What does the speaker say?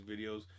videos